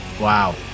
Wow